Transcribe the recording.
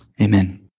Amen